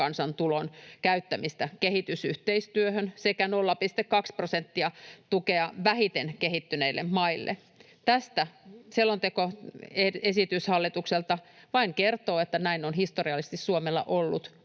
bruttokansantulon käyttämistä kehitysyhteistyöhön sekä 0,2 prosenttia tukea vähiten kehittyneille maille. Tästä selonteko hallitukselta vain kertoo, että näin on historiallisesti Suomella ollut,